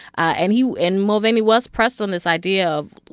and he and mulvaney was pressed on this idea of,